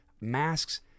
masks